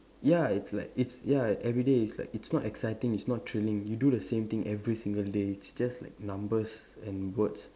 ya it's like it's ya everyday is like it's not exciting it's not thrilling you do the same thing every single day it's just like numbers and words